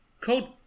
code